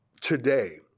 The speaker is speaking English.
today